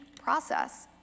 process